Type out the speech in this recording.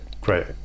great